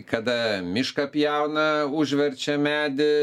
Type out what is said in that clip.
kada mišką pjauna užverčia medį